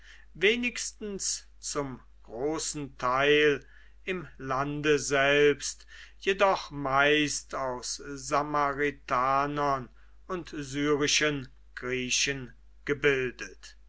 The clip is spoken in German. wenigstens zum großen teil im lande selbst jedoch meist aus samaritanern und syrischen griechen gebildet